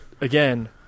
again